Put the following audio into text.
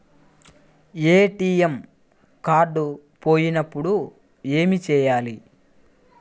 ATM card పోయినప్పుడు ఏమి చేయాలి?